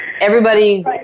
Everybody's